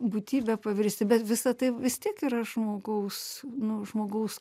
būtybe pavirsti bet visa tai vis tiek yra žmogaus nu žmogaus